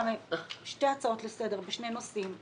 שתי הצעות לסדר-היום בשני נושאים.